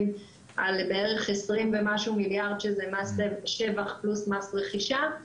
על בערך 20 ומשהו מיליארד שזה מס שבח פלוס מס רכישה.